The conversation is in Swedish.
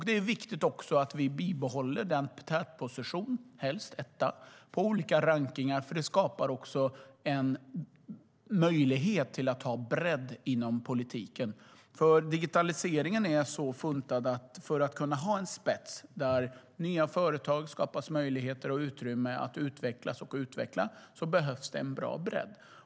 Det är också viktigt att vi bibehåller denna tätposition - vi ska helst vara etta - i olika rankningar, eftersom det också skapar en möjlighet att ha bredd inom politiken. Digitaliseringen är nämligen så funtad att för att kunna ha en spets där nya företag skapar möjligheter och utrymme att utvecklas och utveckla behövs det en bra bredd.